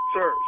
Sir